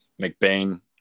McBain